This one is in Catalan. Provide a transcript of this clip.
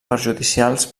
perjudicials